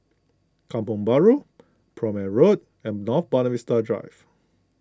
Kampong Bahru Prome Road and North Buona Vista Drive